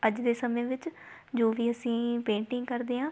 ਅੱਜ ਦੇ ਸਮੇਂ ਵਿੱਚ ਜੋ ਵੀ ਅਸੀਂ ਪੇਂਟਿੰਗ ਕਰਦੇ ਹਾਂ